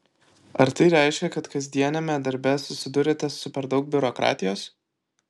ar tai reiškia kad kasdieniame darbe susiduriate su per daug biurokratijos